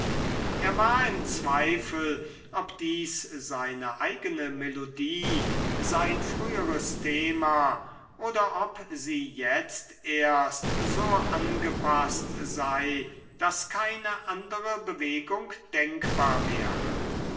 er war im zweifel ob dies seine eigne melodie sein früheres thema oder ob sie jetzt erst so angepaßt sei daß keine andere bewegung denkbar wäre